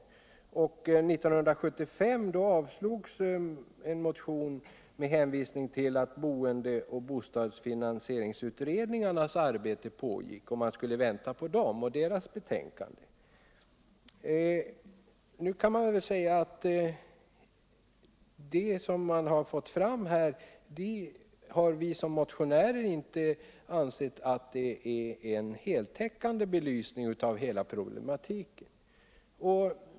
År 1975 avslogs en motion med hänvisning till att boende och bostadsfinansieringsutredningarnas arbete pågick och att man skulle vänta på dem och deras betänkanden. Det som man här fått fram anser inte vi motionärer vara en heltäckande belysning av hela problematiken.